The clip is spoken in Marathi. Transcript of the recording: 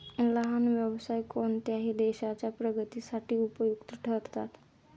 लहान व्यवसाय कोणत्याही देशाच्या प्रगतीसाठी उपयुक्त ठरतात